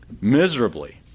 miserably